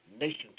Nation